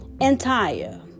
Entire